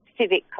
civic